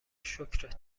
شکرت